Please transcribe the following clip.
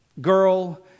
girl